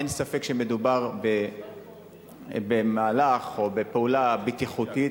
אין ספק שמדובר במהלך או בפעולה בטיחותיים,